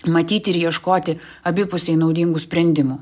matyti ir ieškoti abipusiai naudingų sprendimų